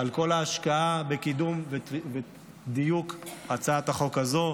על כל ההשקעה בקידום ובדיוק הצעת החוק הזאת.